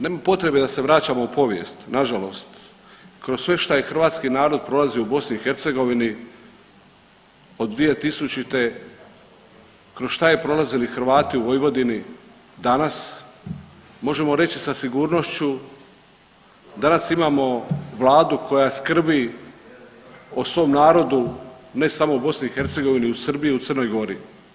Nema potrebe da se vraćamo u povijest, nažalost, kroz sve što je hrvatski narod prolazio u BiH od 2000., kroz šta je prolazili Hrvati u Vojvodini, danas, možemo reći sa sigurnošću, danas imamo Vladu koja skrbi o svom narodu, ne samo u BiH i u Srbiji i u Crnoj Gori.